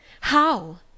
how